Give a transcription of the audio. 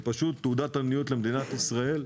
זו תעודת עניות למדינת ישראל,